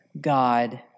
God